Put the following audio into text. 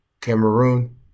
Cameroon